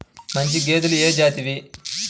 మంచి గేదెలు ఏ జాతివి?